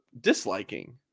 disliking